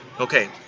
okay